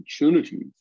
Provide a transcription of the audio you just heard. opportunities